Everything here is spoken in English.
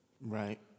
Right